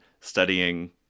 studying